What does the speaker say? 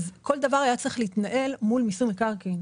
כל דבר היה צריך להתנהל מול מיסוי מקרקעין.